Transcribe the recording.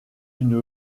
une